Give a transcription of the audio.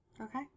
Okay